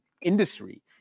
industry